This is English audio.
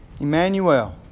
Emmanuel